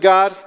God